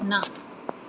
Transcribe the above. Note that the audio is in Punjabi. ਨਾ